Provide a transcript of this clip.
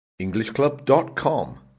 EnglishClub.com